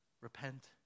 repent